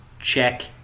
check